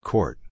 Court